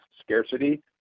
scarcity